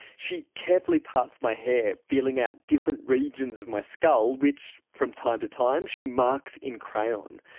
she carefully parts my hair, feeling out different regions of my skull which from time to time she marks in crayon.